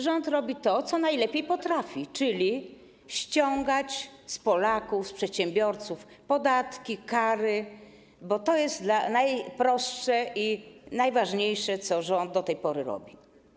Rząd robi to, co najlepiej potrafi, czyli ściągać z Polaków, z przedsiębiorców podatki, kary, bo to jest najprostsze i najważniejsze, co rząd do tej pory robi.